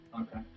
Okay